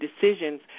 decisions